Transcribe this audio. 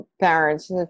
parents